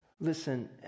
Listen